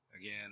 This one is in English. again